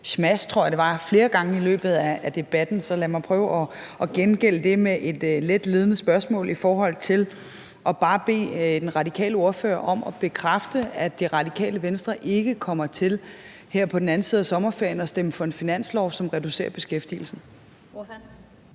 smash, tror jeg det var, flere gange i løbet af debatten, så lad mig prøve at gengælde det med et let ledende spørgsmål og bare bede den radikale ordfører om at bekræfte, at Det Radikale Venstre ikke kommer til her på den anden side af sommerferien at stemme for en finanslov, som reducerer beskæftigelsen. Kl.